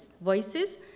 voices